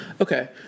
Okay